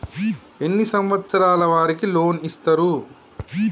ఎన్ని సంవత్సరాల వారికి లోన్ ఇస్తరు?